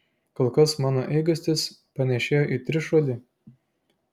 kol kas mano eigastis panėšėjo į trišuolį